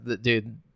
dude